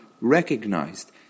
recognized